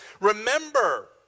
remember